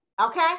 Okay